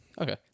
Okay